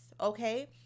okay